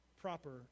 proper